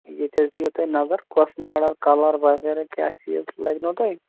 ییٚتہِ حظ دِیو تُہۍ نظر کۄس ماڈَل کَلر وغیرہ کیٛاہ چیٖز لٮ۪گنَو تۄہہِ